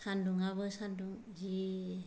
सान्दुंआबो सान्दुं जि